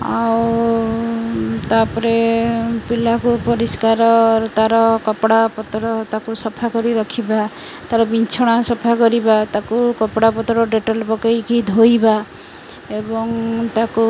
ଆଉ ତା'ପରେ ପିଲାକୁ ପରିଷ୍କାର ତା'ର କପଡ଼ା ପତ୍ର ତାକୁ ସଫା କରି ରଖିବା ତା'ର ବିଛଣା ସଫା କରିବା ତାକୁ କପଡ଼ାପତ୍ର ଡେଟଲ୍ ପକାଇକି ଧୋଇବା ଏବଂ ତାକୁ